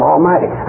Almighty